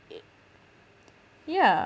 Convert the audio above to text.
it yeah